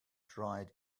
dried